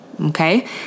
okay